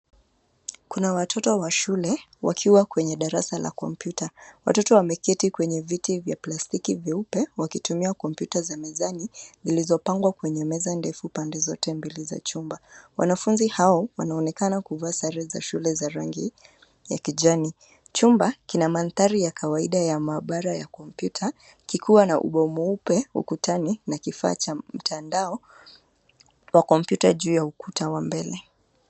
Kuna watoto wa shule wakiwa kwenye darasa la kompyuta. Watoto wameketi kwenye viti vya plastiki vyeupe; wakitumia kompyuta za mezani zilizopangwa kwenye meza ndefu pande zote mbili za chumba. Wanafunzi hao wanaonekana kuvaa sare za shule za rangi ya kijani. Chumba kina mandhari ya kawaida ya maabara ya kompyuta; kikiwa na ubao mweupe ukutani na kifaa cha mtandao wa kompyuta juu ya ukuta wa mbele.